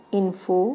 info